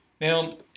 Now